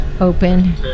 open